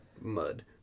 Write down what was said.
mud